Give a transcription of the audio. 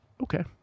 Okay